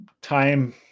time